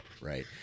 right